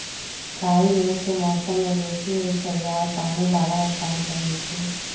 काई मेघ के मौसम में बेशी होइ छइ आऽ पानि लागल स्थान पर होइ छइ